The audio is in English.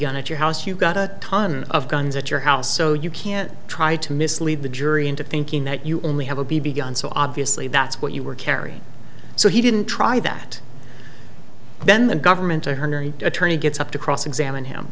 gun at your house you got a ton of guns at your house so you can't try to mislead the jury into thinking that you only have a b b gun so obviously that's what you were carrying so he didn't try that then the government or her attorney gets up to cross examine him